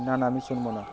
না না আমি শুনব না